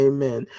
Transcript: Amen